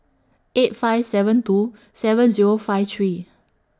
eight five seven two seven Zero five three